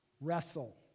wrestle